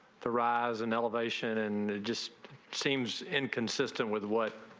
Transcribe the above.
the rise in elevation and it just seems inconsistent with what.